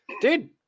dude